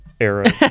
era